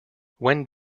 when